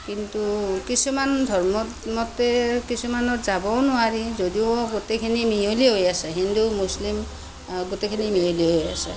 কিন্তু কিছুমান ধৰ্মৰ মতে কিছুমানত যাবও নোৱাৰি যদিও গোটেইখিনি মিহলি হৈ আছে হিন্দু মুছলিম গোটেইখিনি মিহলি হৈ আছে